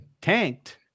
tanked